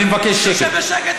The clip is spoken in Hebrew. אני מבקש שקט.